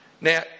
Now